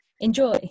Enjoy